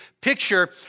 picture